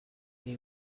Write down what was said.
they